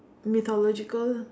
mythological